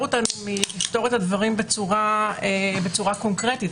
אותנו מלפתור את הדברים בצורה קונקרטית.